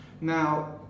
Now